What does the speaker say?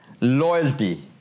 Loyalty